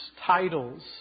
titles